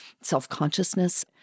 self-consciousness